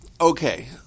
okay